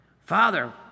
father